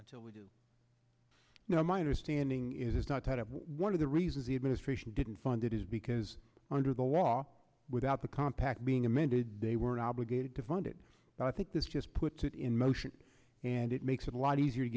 until we do you know my understanding is not tied up one of the reasons the administration didn't fund it is because under the law without the compact being amended they were obligated to fund it and i think this just puts it in motion and it makes it a lot easier to